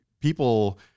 people –